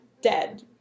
Dead